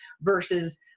versus